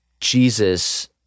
Jesus